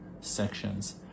sections